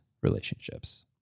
relationships